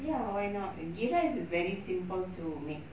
ya why not and ghee rice is very simple to make